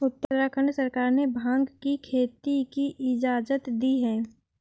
उत्तराखंड सरकार ने भाँग की खेती की इजाजत दी है